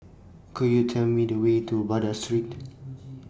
Could YOU Tell Me The Way to Baghdad Street